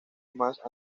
más